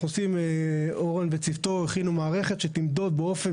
אורן וצוותו הכינו מערכת שתמדוד באופן